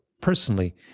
personally